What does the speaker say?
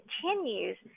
continues